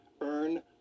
Earn